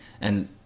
And-